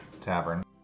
Tavern